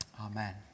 Amen